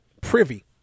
privy